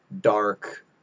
dark